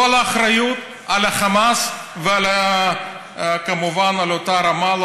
כל האחריות על החמאס וכמובן על אותה רמאללה,